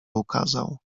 ukazał